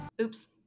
Oops